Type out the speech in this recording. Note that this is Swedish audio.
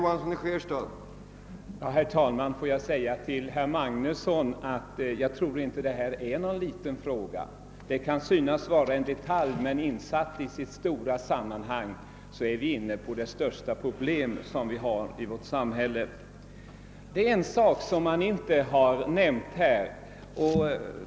Herr talman! Får jag säga till herr Magnusson i Borås, att jag inte tror att detta är någon liten fråga. Det kan synas vara en detalj, men det stora sam manhang, till vilket den detaljen hör, är det största problem som vi har i vårt samhälle. En sak har inte nämnts i debatten.